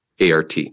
ART